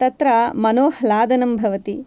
तत्र मनोह्लादनं भवति